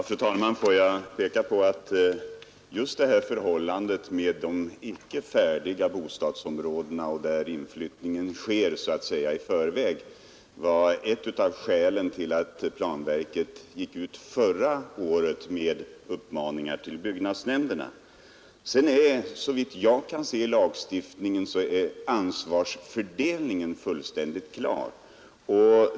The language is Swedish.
Fru talman! Får jag peka på att just förhållandena vid de icke färdiga bostadsområdena, där inflyttning sker så att säga i förväg, var ett av skälen till att planverket förra året sände ut en uppmaning till byggnadsnämnderna. Så vitt jag kan förstå lagstiftningen är ansvarsfördelningen fullständigt klar.